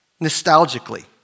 nostalgically